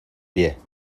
pie